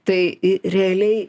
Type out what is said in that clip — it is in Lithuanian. tai realiai